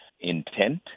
intent